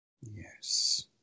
Yes